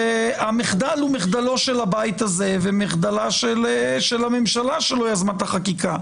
והמחדל הוא מחדלו של הבית הזה ומחדלה של הממשלה שלא יזמה את החקיקה,